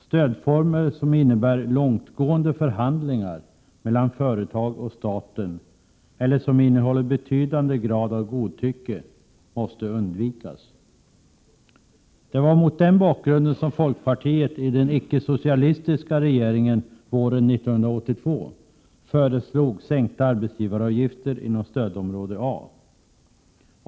Stödformer som innebär långtgående förhandlingar mellan företag och staten eller som innehåller betydande grad av godtycke måste undvikas. Det var mot den bakgrunden som folkpartiet i den icke-socialistiska regeringen våren 1982 föreslog sänkta arbetsgivaravgifter inom stödområde A.